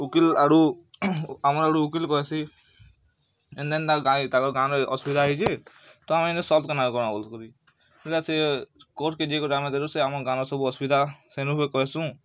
ଓକିଲ୍ ଆଡୁ ଆମର୍ ଆଡ଼ୁ ଓକିଲ୍ କହେସି ଏନ୍ତା ଏନ୍ତା ଗାଁନ ତାକର୍ ଗାଁନ ଅସୁବିଧା ହେଇଛେ ତ ଆମେ ଇଁଏ ସଲ୍ଭ କେନ୍ତା କର୍ମା ବୋଲି କରି ବେଲେ ସେ କୋର୍ଟ୍କେ ଯାଇ କରି ଆମେ ତେହେରୁ ସେ ଆମର ଗାଁନ ସବୁ ଅସୁବିଧା ସେନୁ ବି କହେସୁ